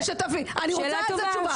שאלה טובה.